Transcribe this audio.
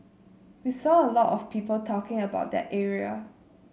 we saw a lot of people talking about that area